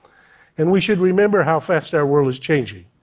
and we should remember how fast our world is changing.